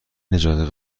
نجات